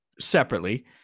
separately